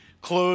close